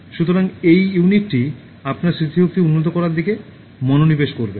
সুতরাং এই ইউনিটটি আপনার স্মৃতিশক্তি উন্নত করার দিকে মনোনিবেশ করবে